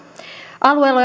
alueella